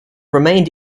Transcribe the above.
remained